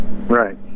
Right